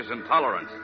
intolerance